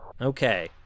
okay